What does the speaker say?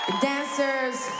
dancers